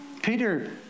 Peter